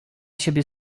siebie